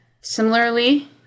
similarly